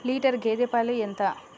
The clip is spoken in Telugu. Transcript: లీటర్ గేదె పాలు ఎంత?